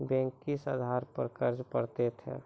Bank किस आधार पर कर्ज पड़तैत हैं?